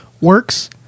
Works